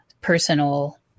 personal